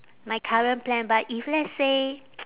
my current plan but if let's say